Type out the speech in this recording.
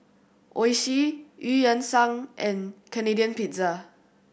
Oishi Eu Yan Sang and Canadian Pizza